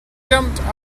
jumped